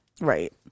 Right